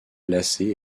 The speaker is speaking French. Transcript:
glacée